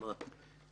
במה היא יותר מדויקת?